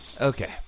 Okay